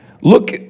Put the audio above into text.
Look